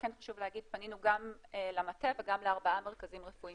פנינו גם למטה וגם לארבעה מרכזים רפואיים